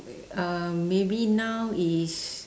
um maybe now is